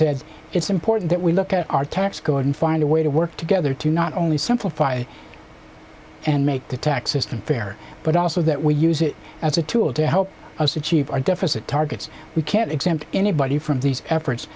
said it's important that we look at our tax code and find a way to work together to not only simplify and make the tax system fair but also that we use it as a tool to help us achieve our deficit targets we can't exempt anybody from these efforts